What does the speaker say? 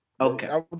Okay